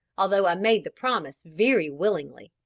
although i made the promise very willingly.